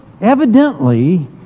evidently